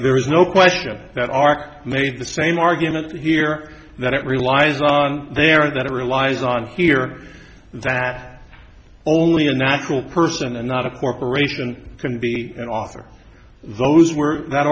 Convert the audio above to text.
there is no question that are made the same argument here that it relies on there that it relies on here that only a natural person and not a corporation can be an author those were that